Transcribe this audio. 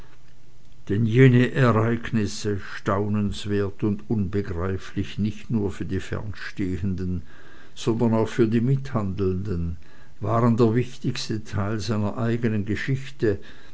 denn jene ereignisse staunenswert und unbegreiflich nicht nur für die fernstehenden sondern auch für die mithandelnden waren der wichtigste teil seiner eigenen geschichte